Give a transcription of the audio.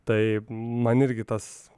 tai man irgi tas